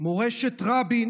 מורשת רבין